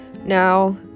Now